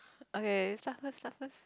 okay start first start first